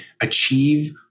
achieve